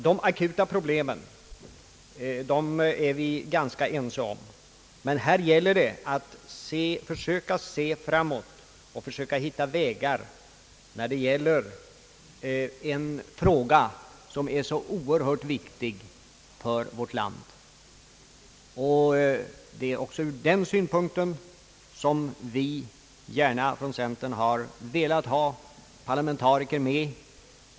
De akuta problemen är vi ganska ense om, men här gäller det att försöka se framåt och försöka hitta väggar i denna fråga som är så oerhört viktig för vårt land. Och det är också ur den synpunkten som vi gärna från centern velat ha parlamentariker med.